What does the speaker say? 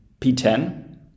p10